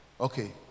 Okay